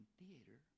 theater